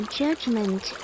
judgment